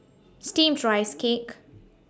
Steamed Rice Cake